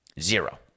Zero